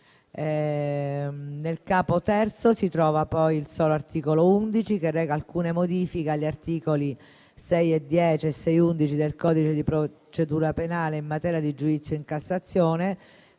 Nel Capo III si trova poi il solo articolo 11, che reca alcune modifiche agli articoli 610 e 611 del codice di procedura penale in materia di giudizio in Cassazione,